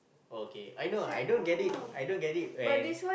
okay I know I don't get it I don't get it when